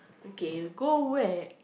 okay go where